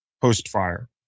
post-fire